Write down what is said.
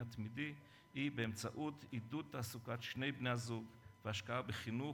התמידי היא באמצעות עידוד תעסוקת שני בני-הזוג והשקעה בחינוך,